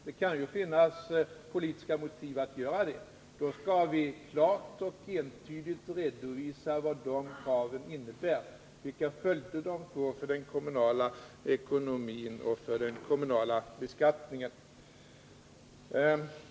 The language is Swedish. Det kan ju finnas politiska motiv för att göra det, men då skall vi klart och entydigt redovisa vad de kraven innebär, vilka följder de får för den kommunala ekonomin och för den kommunala beskattningen.